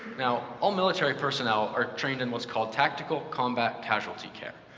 now, all military personnel are trained in what's called tactical combat casualty care.